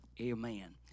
amen